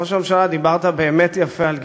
ראש הממשלה, דיברת באמת יפה על גדעון,